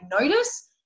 notice